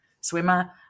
swimmer